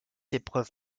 épreuve